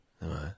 right